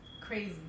crazy